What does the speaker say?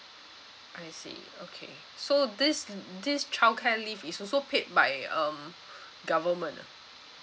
I see okay so this this childcare leave is also paid by um government